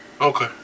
Okay